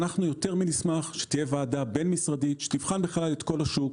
אנחנו נשמח מאוד שתהיה ועדה בין-משרדית שתבחן את כל השוק,